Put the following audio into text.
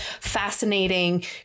fascinating